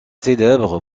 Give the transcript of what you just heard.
célèbre